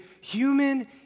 human